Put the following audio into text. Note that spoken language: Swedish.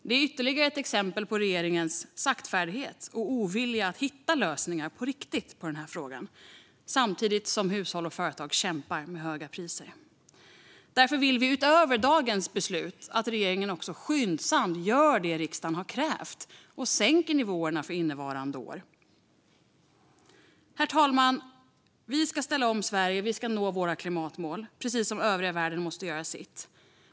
Det är ytterligare ett exempel på regeringens saktfärdighet och ovilja att på riktigt hitta lösningar på den här frågan samtidigt som hushåll och företag kämpar med höga priser. Därför vill vi utöver dagens beslut att regeringen skyndsamt gör det riksdagen har krävt och sänker nivåerna för innevarande år. Herr talman! Vi ska ställa om Sverige och nå våra klimatmål, precis som övriga världen måste göra sitt.